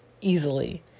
easily